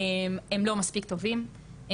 שהם לא מספיק טובים.